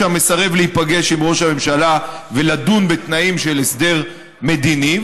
שמאז 2009 מסרב להיפגש עם ראש הממשלה ולדון בתנאים של הסדר מדיני.